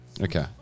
Okay